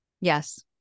Yes